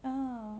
ah